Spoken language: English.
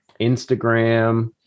Instagram